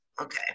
Okay